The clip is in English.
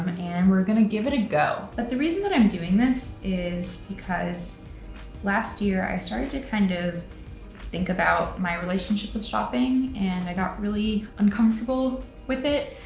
um and we're gonna give it a go. but the reason that i'm doing this is because last year i started to kind of think about my relationship with shopping, and i got really uncomfortable with it.